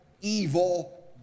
evil